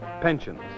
pensions